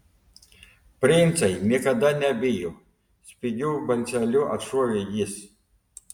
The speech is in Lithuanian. princai niekada nebijo spigiu balseliu atšovė jis